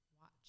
Watch